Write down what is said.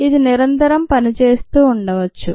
ఇది నిరంతరం పనిచేస్తూ ఉండవచ్చు